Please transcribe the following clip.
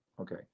okay